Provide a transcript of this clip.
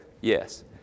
Yes